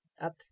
up